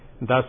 Thus